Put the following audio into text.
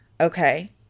okay